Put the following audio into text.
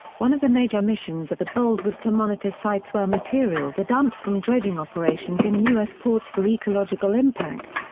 one of the major missions of the bold was to monitor sites where materials are dumped from dredging operations in u s. ports for ecological impact.